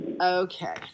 okay